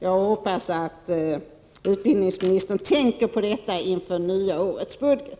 Jag hoppas att utbildningsministern tänker på detta inför det nya årets budget.